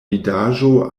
vidaĵo